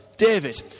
David